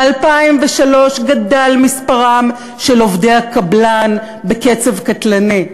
ב-2003 גדל מספרם של עובדי הקבלן בקצב קטלני.